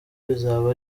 bizaba